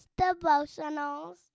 devotionals